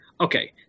Okay